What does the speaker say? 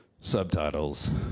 subtitles